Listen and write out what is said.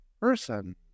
person